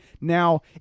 Now